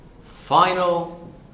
final